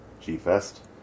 G-Fest